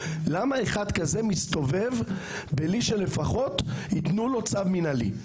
למה אחד כזה מסתובב בלי שיתנו לו צו מנהלי?